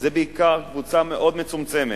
זה בעיקר קבוצה מאוד מצומצמת,